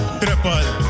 triple